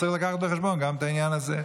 הוא צריך לקחת בחשבון גם את העניין הזה.